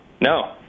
no